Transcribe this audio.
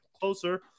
closer